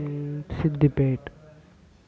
Siddipet